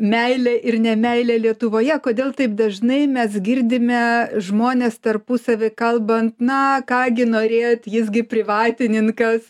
meilę ir ne meilę lietuvoje kodėl taip dažnai mes girdime žmones tarpusavy kalbant na ką gi norėjot jis gi privatininkas